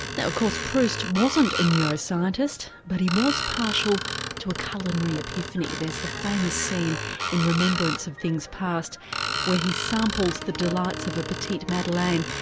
of course proust wasn't a neuroscientist but he was partial to a culinary epiphany, there's the famous scene in remembrance of things past where he samples the delights of a petit madeleine,